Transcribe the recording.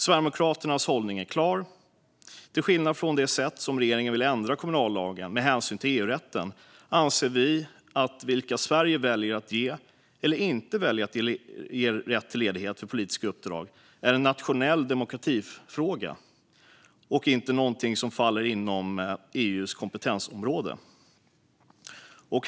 Sverigedemokraternas hållning är klar: Till skillnad från det sätt som regeringen med hänsyn till EU-rätten vill ändra kommunallagen på anser vi att vilka Sverige väljer att ge eller inte ge rätt till ledighet för politiska uppdrag är en nationell demokratifråga - inte någonting som faller inom EU:s kompetensområde.